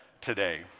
today